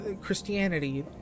Christianity